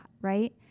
right